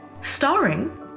Starring